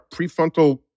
prefrontal